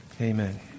Amen